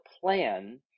plan